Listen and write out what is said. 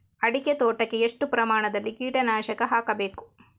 ಅಡಿಕೆ ತೋಟಕ್ಕೆ ಎಷ್ಟು ಪ್ರಮಾಣದಲ್ಲಿ ಕೀಟನಾಶಕ ಹಾಕಬೇಕು?